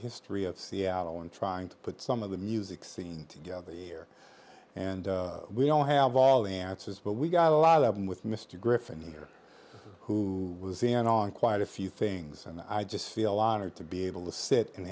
history of seattle and trying to put some of the music scene together here and we don't have all the answers but we got a lot of them with mr griffin here who was in on quite a few things and i just feel honored to be able to sit and